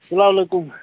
اسلامُ علیکم